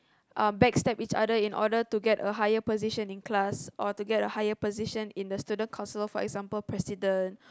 um backstab each other in order to get a higher position in class or to get a higher position in the student council for example President